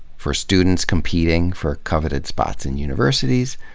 for students competing for coveted spots in universities,